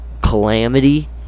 calamity